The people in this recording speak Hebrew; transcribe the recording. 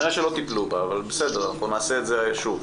כנראה שלא טיפלו בה, אבל בסדר, נעשה את זה שוב.